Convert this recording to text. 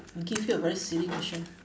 give you a very silly question